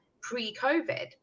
pre-COVID